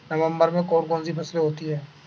नवंबर में कौन कौन सी फसलें होती हैं?